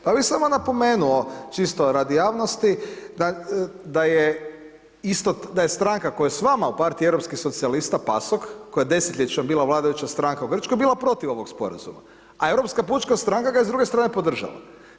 Pa bi samo napomenuo, čisto radi javnosti da je stranka koja je s vama u partiji europskih socijalista PASOK koja je desetljećima bila vladajuća stranka u Grčkoj, bila protiv ovog sporazuma, a Europska pučka stranka ga je s druge strane podržala.